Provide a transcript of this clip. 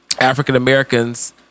African-Americans